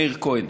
מאיר כהן.